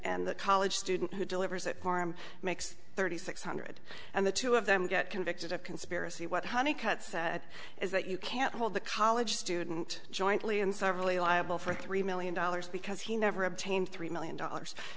the college student who delivers a farm makes thirty six hundred and the two of them get convicted of conspiracy what honey cut at is that you can't hold the college student jointly and severally liable for three million dollars because he never obtained three million dollars